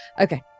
Okay